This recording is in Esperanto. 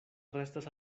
restas